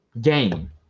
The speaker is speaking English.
game